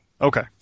Okay